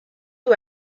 you